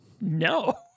no